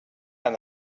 and